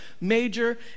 major